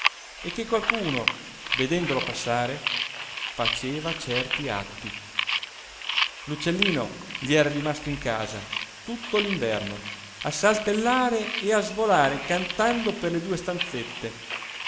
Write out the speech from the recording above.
e che qualcuno vedendolo passare faceva certi atti l'uccellino gli era rimasto in casa tutto l'inverno a saltellare e a svolare cantando per le due stanzette